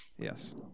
Yes